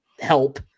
help